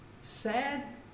sad